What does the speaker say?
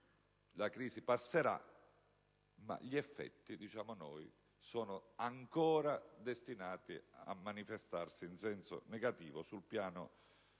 «La crisi passerà», ma gli effetti - diciamo noi - sono ancora destinati a manifestarsi in senso negativo sul piano sociale,